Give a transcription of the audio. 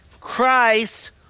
Christ